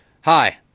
Hi